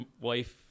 wife